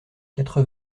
quatre